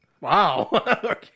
Wow